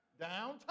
Downtown